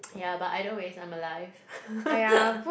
ya but either ways I'm alive